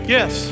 Yes